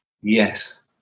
Yes